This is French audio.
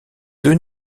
deux